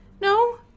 No